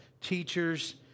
teachers